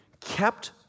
kept